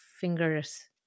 fingers